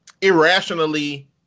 irrationally